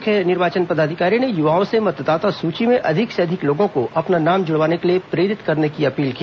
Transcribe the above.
मुख्य निर्वाचन पदाधिकारी ने युवाओं से मतदाता सूची में अधिक से अधिक लोगों को अपना नाम जुड़वाने के लिए प्रेरित करने की अपील की